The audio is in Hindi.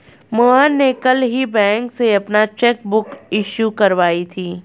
मोहन ने कल ही बैंक से अपनी चैक बुक इश्यू करवाई थी